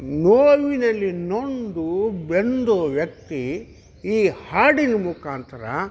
ನೋವಿನಲ್ಲಿ ನೊಂದು ಬೆಂದು ವ್ಯಕ್ತಿ ಈ ಹಾಡಿನ ಮುಖಾಂತರ